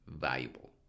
valuable